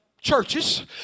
churches